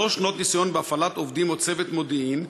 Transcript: שלוש שנות ניסיון בהפעלת עובדים או צוות מודיעין,